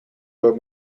door